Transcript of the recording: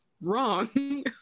Wrong